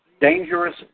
Dangerous